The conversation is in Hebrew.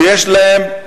שיש להם,